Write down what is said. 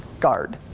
guard.